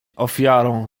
ofiarą